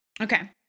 Okay